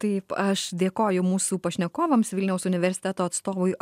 taip aš dėkoju mūsų pašnekovams vilniaus universiteto atstovui artūrui